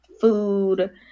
food